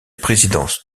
présidence